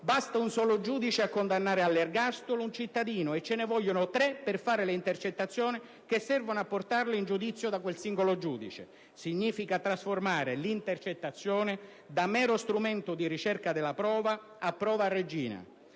basta un solo giudice a condannare all'ergastolo un cittadino e ce ne vogliono tre per fare le intercettazioni che servono a portarlo in giudizio da quel singolo giudice; significa trasformare l'intercettazione da mero strumento di ricerca della prova a prova regina